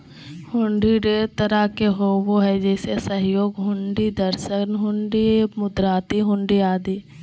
हुंडी ढेर तरह के होबो हय जैसे सहयोग हुंडी, दर्शन हुंडी, मुदात्ती हुंडी आदि